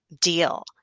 deal